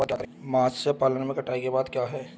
मत्स्य पालन में कटाई के बाद क्या है?